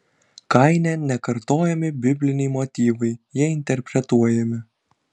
kaine nekartojami bibliniai motyvai jie interpretuojami